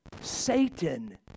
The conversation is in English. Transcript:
Satan